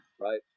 right